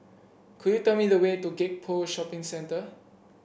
could you tell me the way to Gek Poh Shopping Centre